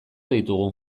ditugu